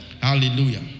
Hallelujah